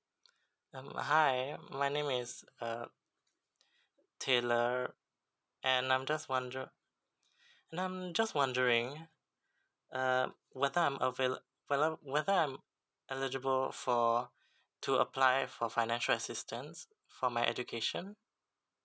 mm hi my name is uh taylor and I'm just wonder I'm just wondering uh whether I'm avail~ whether whether I'm eligible for to apply for financial assistance for my education